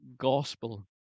gospel